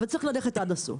אבל צריך ללכת עד הסוף.